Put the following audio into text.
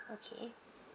okay